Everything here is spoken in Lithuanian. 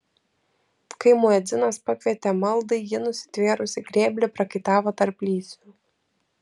kai muedzinas pakvietė maldai ji nusitvėrusi grėblį prakaitavo tarp lysvių